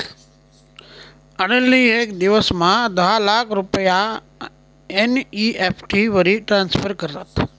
अनिल नी येक दिवसमा दहा लाख रुपया एन.ई.एफ.टी वरी ट्रान्स्फर करात